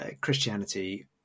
Christianity